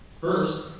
First